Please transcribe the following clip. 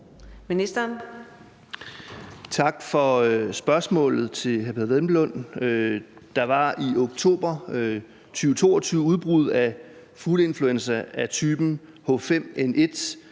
for spørgsmålet. Der var i oktober 2022 udbrud af fugleinfluenza af typen H5N1